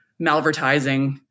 malvertising